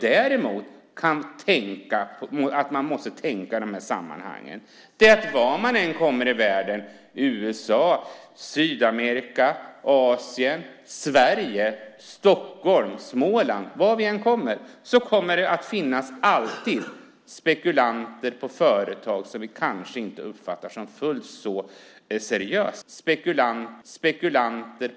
Däremot måste man tänka på att vart man än kommer i världen - USA, Sydamerika, Asien, Sverige, Stockholm eller Småland - kommer det alltid att finnas spekulanter som vi kanske inte uppfattar som helt seriösa.